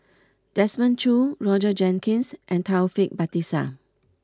Desmond Choo Roger Jenkins and Taufik Batisah